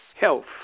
health